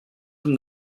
from